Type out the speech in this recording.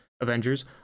Avengers